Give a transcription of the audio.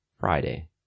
Friday